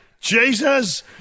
Jesus